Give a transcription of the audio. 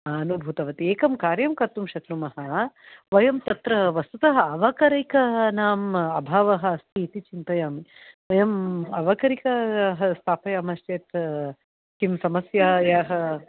अनुभूतवती एकं कार्यं कर्तुं शक्नुमः वयं तत्र वस्तुतः अवकरीकानाम अभावः अस्ति इति चिन्तयामि वयं अवकरीकाः स्थापयामः चेत् किं समस्यायाः